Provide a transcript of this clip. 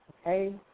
Okay